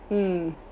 mm